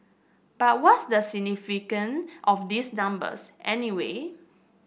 but what's the significance of these numbers anyway